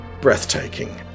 breathtaking